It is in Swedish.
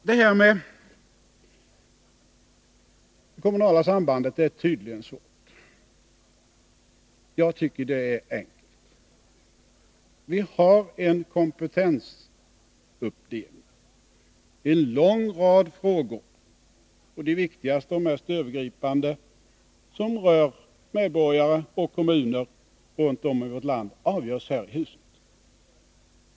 Detta med det kommunala sambandet är tydligen svårt. Men jag tycker det är enkelt. Vi har en kompetensuppdelning i en lång rad frågor. De viktigaste och mest övergripande, som rör medborgare och kommuner runt om i vårt land, avgörs här i riksdagshuset.